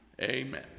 Amen